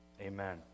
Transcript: Amen